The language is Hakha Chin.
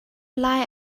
lai